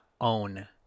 Own